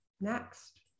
next